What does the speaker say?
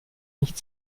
nicht